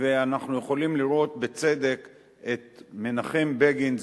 ואנחנו יכולים לראות בצדק את מנחם בגין,